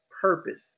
purpose